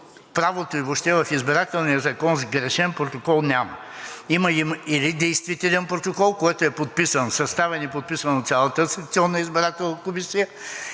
правото и въобще в Избирателния закон сгрешен протокол няма, има или действителен протокол, който е съставен и подписан от цялата секционна избирателна комисия,